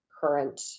current